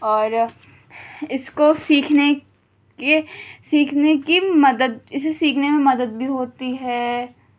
اور اس کو سیکھنے کے سیکھنے کی مدد اس سے سیکھنے میں مدد بھی ہوتی ہے